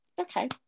Okay